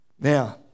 Now